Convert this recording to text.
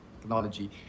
technology